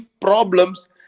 problems